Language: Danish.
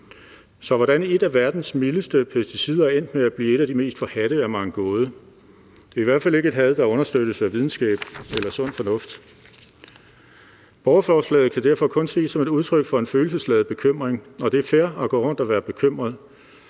Så hvordan et af verdens mildeste pesticider er endt med at blive et af de mest forhadte, er mig en gåde. Det er i hvert fald ikke et had, der understøttes af videnskab eller sund fornuft. Borgerforslaget kan derfor kun ses som en følelsesladet bekymring. Det er fair at gå rundt og være bekymret,